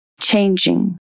changing